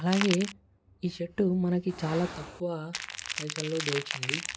అలాగే ఈ షర్ట్ మనకి కూడా చాలా తక్కువ పైసల్లో దొరికింది